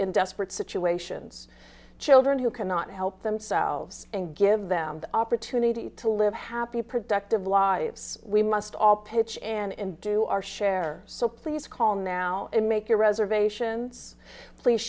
in desperate situations children who cannot help themselves and give them the opportunity to live happy productive lives we must all pitch in and do our share so please call now and make your reservations please